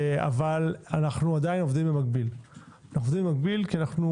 אבל אנו עדיין עובדים במקביל כי אנו